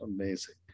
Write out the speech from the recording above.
Amazing